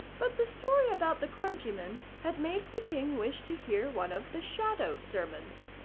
but the story about the clergyman had made the king wish to hear one of the shadow-sermons.